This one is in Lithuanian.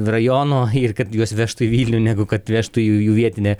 rajono ir kad juos vežti vilnių negu kad vežtų jų vietinę